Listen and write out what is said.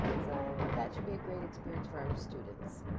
so that should be a great experience for our students.